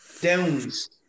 downs